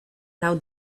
now